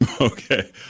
Okay